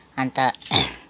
अन्त